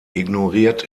ignoriert